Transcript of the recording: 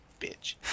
bitch